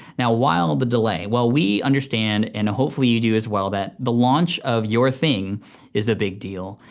now why all the delay? well we understand and hopefully you do as well that the launch of your thing is a big deal,